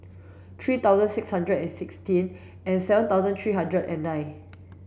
three thousand six hundred and sixteen and seven thousand three hundred and nine